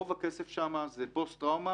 רוב הכסף שם זה פוסט טראומה,